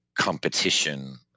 competition